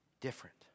different